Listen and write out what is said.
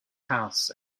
house